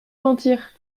mentir